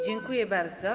Dziękuję bardzo.